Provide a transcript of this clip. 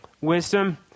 wisdom